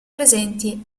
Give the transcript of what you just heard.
presenti